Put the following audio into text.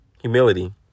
humility